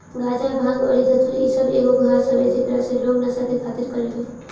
गाजा, भांग अउरी धतूर इ सब एगो घास हवे जेकरा से लोग नशा के खातिर करेले